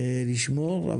לשמור,